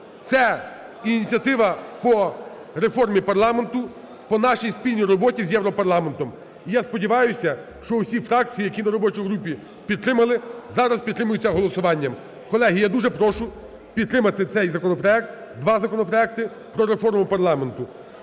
Це ініціатива по реформі парламенту, по нашій спільній роботі з Європарламентом. І я сподіваюся, що усі фракції, які на робочій групі підтримали, зараз підтримають це голосуванням. Колеги, я дуже прошу підтримати цей законопроект, два законопроекти про реформу парламенту.